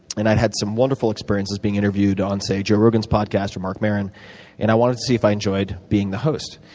and i've had some wonderful experiences being interviewed on joe rogan's podcast or mark maron and i wanted to see if i enjoyed being the host.